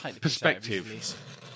perspective